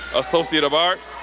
associate of arts,